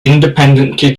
independently